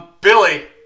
Billy